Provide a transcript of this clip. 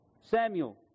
Samuel